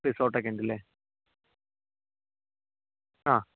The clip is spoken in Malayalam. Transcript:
റിസോർട്ട് ഒക്കേ ഉണ്ടല്ലേ ആ